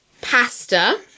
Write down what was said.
pasta